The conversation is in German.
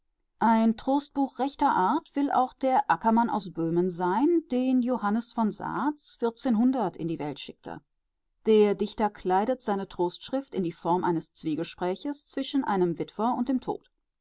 ein trostbuch rechter art will auch der ackermann aus böhmen sein den johannes von sas in die welt schickte der dichter kleidet seine trostschrift in die form eines zwiegesprächs zwischen einem witwer und dem tod